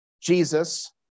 Jesus